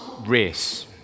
race